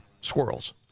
squirrels